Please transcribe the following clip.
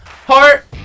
Heart